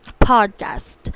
podcast